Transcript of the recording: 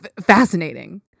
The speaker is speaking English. fascinating